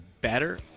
better